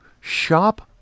Shop